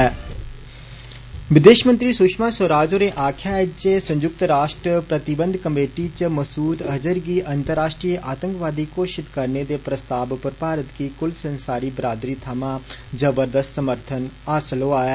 ढझढझढझढझढझढझ ैनेीउं न्छैब् विदेश मंत्री सुशमा स्वराज होरें आक्खेआ ऐ जे संयुक्त राश्ट्र प्रतिबंध कमेटी च मसूद अजहर गी अंतर्राश्ट्रीय आतंकवादी घोशित कराने दे प्रस्ताव पर भारत गी कुलसंसारी बदादरी थमां जबरदस्त समर्थन हासल होआ ऐ